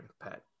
Pet